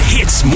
Hits